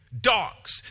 dogs